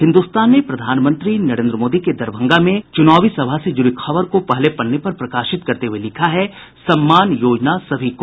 हिन्दुस्तान ने प्रधानमंत्री नरेन्द्र मोदी के दरभंगा में चुनावी सभा से जुड़ी खबर को पहले पन्ने पर प्रकाशित करते हुये लिखा है सम्मान योजना सभी को